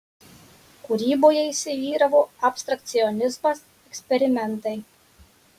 kūryboje įsivyravo abstrakcionizmas eksperimentai